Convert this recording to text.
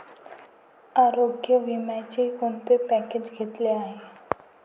आरोग्य विम्याचे कोणते पॅकेज घेतले आहे?